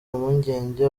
mpungenge